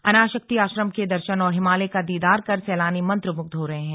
अनाशक्ति आश्रम के दर्शन और हिमालय का दीदार कर सैलानी मंत्रमुग्ध हो रहे हैं